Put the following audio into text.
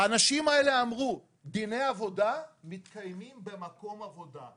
האנשים האלה אמרו: דיני עבודה מתקיימים במקום עבודה.